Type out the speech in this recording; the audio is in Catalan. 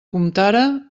comptara